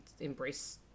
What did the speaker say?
embrace